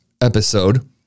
episode